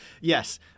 Yes